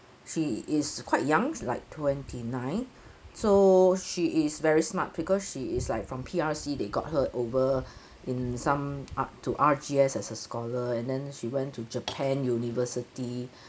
she is quite young like twenty nine so she is very smart because she is like from P_R_C they got her over in some a~ to R_G_S as a scholar and then she went to japan university